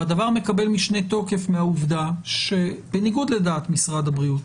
הדבר מקבל משנה תוקף מהעובדה שבניגוד לדעת משרד הבריאות,